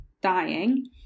dying